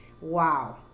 wow